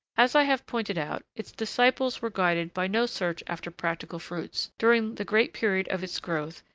as i have pointed out, its disciples were guided by no search after practical fruits, during the great period of its growth,